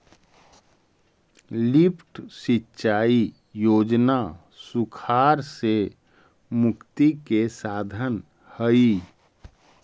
lift सिंचाई योजना सुखाड़ से मुक्ति के साधन हई